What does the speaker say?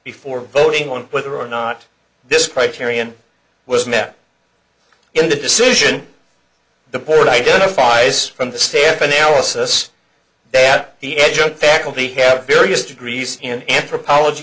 before voting on whether or not this criterion was met in the decision the port identifies from the staff analysis that the edge of faculty have various degrees in anthropology